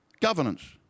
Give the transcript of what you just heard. Governance